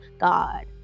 God